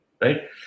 Right